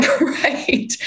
Right